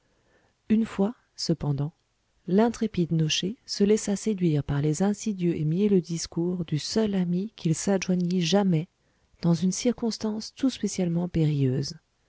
une fois cependant l'intrépide nocher se laissa séduire par les insidieux et mielleux discours du seul ami qu'il s'adjoignît jamais dans une circonstance tout spécialement périlleuse